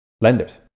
lenders